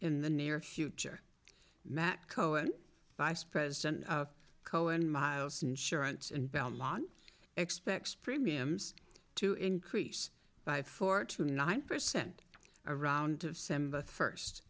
in the near future matt cohen vice president of cowen miles insurance in belmont expects premiums to increase by four to nine percent around of simba first